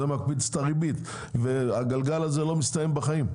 זה מקפיץ את הריבית והגלגל הזה לא מסתיים בחיים.